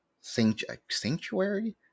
Sanctuary